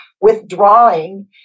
withdrawing